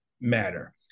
matter